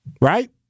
Right